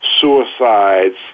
suicides